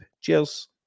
Cheers